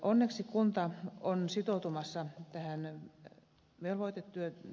onneksi kunta on sitoutumassa ennen velvoitetyötä